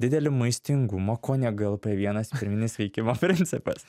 didelį maistingumo kone glp vienas pirminis veikimo principas